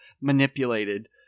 manipulated